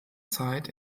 zeit